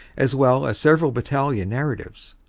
as well as several battalion narratives.